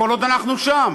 כל עוד אנחנו שם.